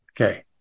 Okay